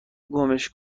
گمش